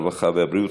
הרווחה והבריאות,